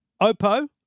Oppo